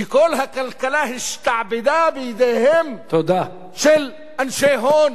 שכל הכלכלה השתעבדה בידיהם של אנשי הון,